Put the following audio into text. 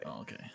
Okay